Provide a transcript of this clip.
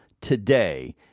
Today